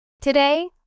Today